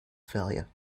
failure